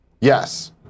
Yes